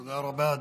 תודה רבה.